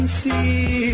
see